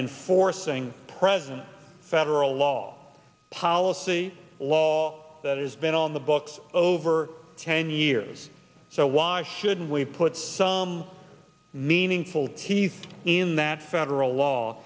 enforcing present federal law policy law that has been on the books over ten years so why shouldn't we put some meaningful he's in that federal law